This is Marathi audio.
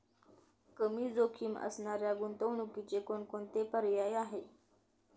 कमी जोखीम असणाऱ्या गुंतवणुकीचे कोणकोणते पर्याय आहे?